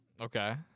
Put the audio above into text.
Okay